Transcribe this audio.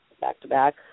back-to-back